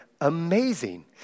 amazing